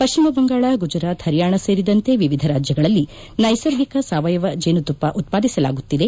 ಪಶ್ಚಿಮಬಂಗಾಳ ಗುಜರಾತ್ ಹರಿಯಾಣ ಸೇರಿದಂತೆ ವಿವಿಧ ರಾಜ್ಯಗಳಲ್ಲಿ ನೈಸರ್ಗಿಕ ಸಾವಯವ ಜೇನುತುಪ್ಪ ಉತ್ಪಾದಿಸಲಾಗುತ್ತಿದೆ